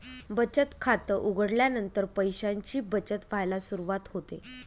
बचत खात उघडल्यानंतर पैशांची बचत व्हायला सुरवात होते